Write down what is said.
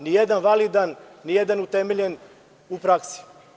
Nije validan, nijedan utemeljen u praksi.